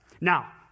Now